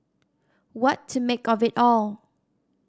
what to make of it all